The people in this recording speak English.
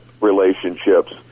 relationships